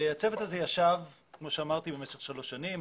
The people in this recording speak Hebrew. הצוות הזה ישב במשך שלוש שנים.